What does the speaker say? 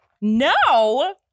No